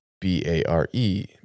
B-A-R-E